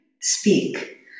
speak